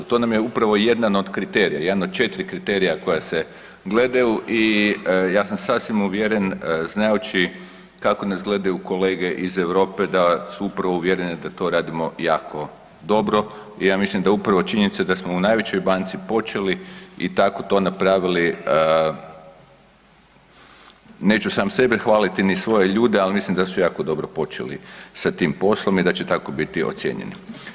To nam je upravo i jedan od kriterija, jedan od 4 kriterija koja se gledaju i ja sam sasvim uvjeren znajući kako nas gledaju kolege iz Europe da su upravo uvjereni da to radimo jako dobro i ja mislim da upravo činjenica da smo u najvećoj banci počeli i tako to napravili, neću sam sebe hvaliti ni svoje ljude, al mislim da su jako dobro počeli sa tim poslom i da će tako biti ocijenjeno.